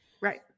Right